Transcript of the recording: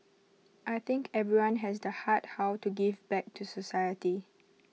I think everyone has the heart how to give back to society